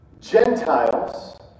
Gentiles